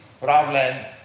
problems